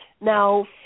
now